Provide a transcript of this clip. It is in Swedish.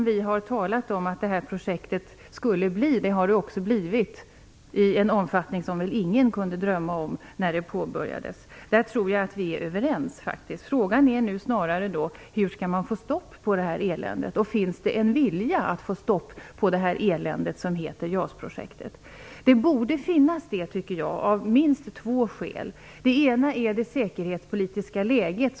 Vi har talat om att det här projektet skulle bli en gökunge, och det har det också blivit i en omfattning som ingen kunde drömma om när det påbörjades. Där tror jag att vi är överens. Frågan är nu snarare hur man skall få stopp på eländet. Finns det en vilja att få stopp på det elände som heter JAS-projektet? Jag tycker att det borde finnas det av minst två skäl. Det ena är det säkerhetspolitiska läget.